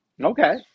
okay